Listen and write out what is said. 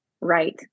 right